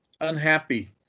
unhappy